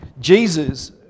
Jesus